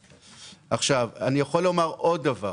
אני יכול לומר עוד דבר,